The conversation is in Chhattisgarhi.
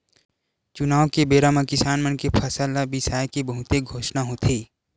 चुनाव के बेरा म किसान मन के फसल ल बिसाए के बहुते घोसना होथे